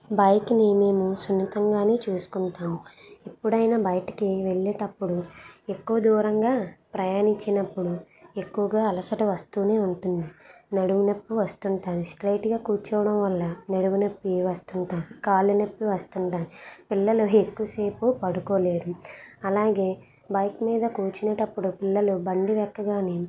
బైక్ని మేము సున్నితంగానే చూసుకుంటాము ఎప్పుడైనా బయటికి వెళ్ళేటప్పుడు ఎక్కువ దూరంగా ప్రయాణించినప్పుడు ఎక్కువగా అలసట వస్తూనే ఉంటుంది నడుము నొప్పి వస్తుంటుంది స్ట్రైట్గా కూర్చోవడం వల్ల నడుము నొప్పి వస్తుంటుంది కాళ్ళు నొప్పి వస్తుంటుంది పిల్లలు ఎక్కువసేపు పడుకోలేరు అలాగే బైక్ మీద కూర్చునేటప్పుడు పిల్లలు బండి ఎక్కగానే